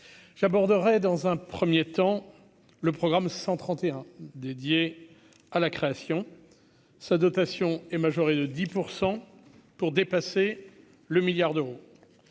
j'aborderai dans un 1er temps le programme 131 dédié à la création sa dotation est majoré de 10 % pour dépasser le milliard d'euros,